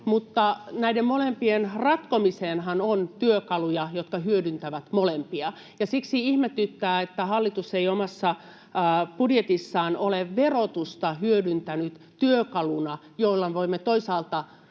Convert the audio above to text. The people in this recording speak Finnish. Näiden molempien ratkomiseenhan on työkaluja, jotka hyödyttävät molempia, ja siksi ihmetyttää, että hallitus ei omassa budjetissaan ole verotusta hyödyntänyt työkaluna, jolla voimme toisaalta